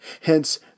Hence